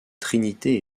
trinité